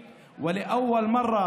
ולראשונה,